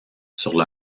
sur